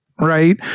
right